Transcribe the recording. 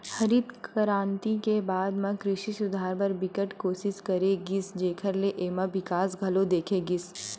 हरित करांति के बाद म कृषि सुधार बर बिकट कोसिस करे गिस जेखर ले एमा बिकास घलो देखे गिस